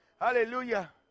Hallelujah